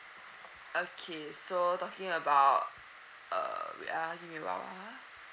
okay so talking about err wait ah give me a while ah